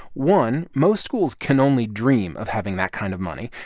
one, most schools can only dream of having that kind of money.